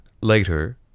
later